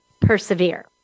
persevere